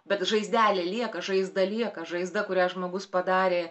bet žaizdelė lieka žaizda lieka žaizda kurią žmogus padarė